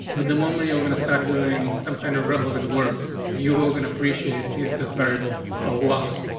but the moment you're gonna start doing some kind of relevant work you hogan appreciates yes, as variables a lot.